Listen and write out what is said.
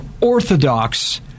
orthodox